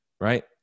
right